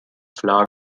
flors